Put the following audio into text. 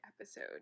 episode